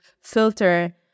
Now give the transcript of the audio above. filter